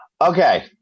okay